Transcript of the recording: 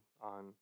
on